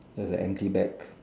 they're like empty bags